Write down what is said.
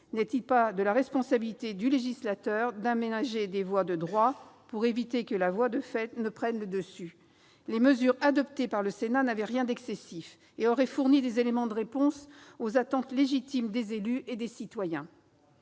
N'est-il pas de la responsabilité du législateur d'aménager des voies de droit pour éviter que la voie de fait ne prenne le dessus ? Les mesures adoptées par le Sénat n'avaient rien d'excessif et auraient fourni des éléments de réponse aux attentes légitimes des élus et des citoyens.